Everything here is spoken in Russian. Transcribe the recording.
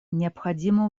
необходимо